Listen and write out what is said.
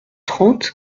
trente